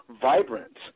vibrant